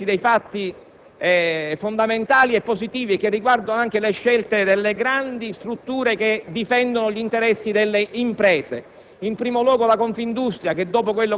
denunce. Si sono manifestati segnali fondamentali e positivi che riguardano anche le scelte delle grandi strutture che difendono gli interessi delle imprese.